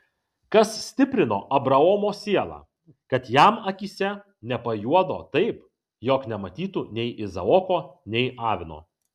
kas stiprino abraomo sielą kad jam akyse nepajuodo taip jog nematytų nei izaoko nei avino